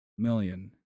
million